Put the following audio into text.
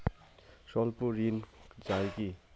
স্বল্প ঋণ পাওয়া য়ায় কি?